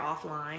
offline